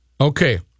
Okay